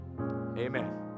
Amen